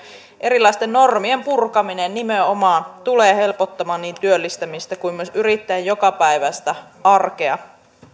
erilaisten normien purkaminen nimenomaan tulee helpottamaan niin työllistämistä kuin myös yrittäjän jokapäiväistä arkea